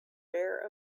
bare